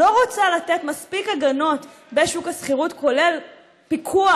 לא רוצה לתת מספיק הגנות בשוק השכירות כולל פיקוח,